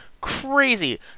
Crazy